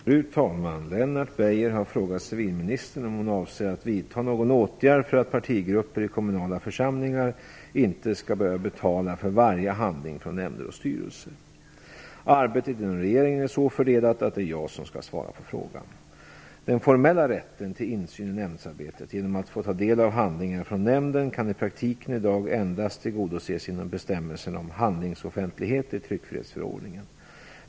Fru talman! Lennart Beijer har frågat civilministern om hon avser att vidta någon åtgärd för att partigrupper i kommunala församlingar inte skall behöva betala för varje handling från nämnder och styrelser. Arbetet inom regeringen är så fördelat att det är jag som skall svara på frågan. Den formella rätten till insyn i nämndarbetet, genom att få ta del av handlingar från nämnden, kan i praktiken i dag endast tillgodoses genom bestämmelserna om handlingsoffentlighet i tryckfrihetsförordningen.